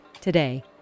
Today